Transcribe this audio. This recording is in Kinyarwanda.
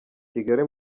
kigali